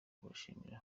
kubashimira